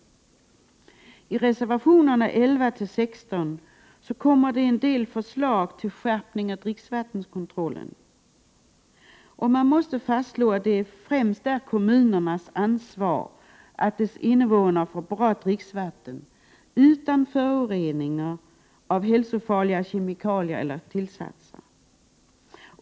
I reservationerna 11—16 kommer en del förslag till skärpning av dricksvattenkontrollen. Det är viktigt att fastslå att det främst är kommunernas ansvar att deras innevånare får bra dricksvatten, utan föroreningar av hälsofarliga kemikalier eller tillsatser.